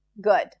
Good